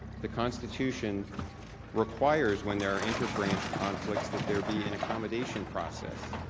the constitution requires, when there are interbranch conflicts that there be an accommodation process.